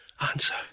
answer